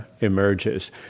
emerges